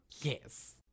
Yes